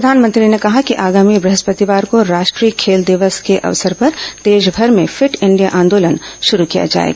प्रधानमंत्री ने कहा कि आगामी ब्रहस्पतिवार को राष्ट्रीय खेल दिवस के अवसर पर देशभर में फिट इंडिया आंदोलन शुरू किया जाएगा